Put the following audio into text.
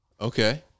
Okay